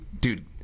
Dude